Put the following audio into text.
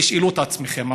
תשאלו את עצמכם.